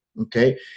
okay